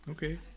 Okay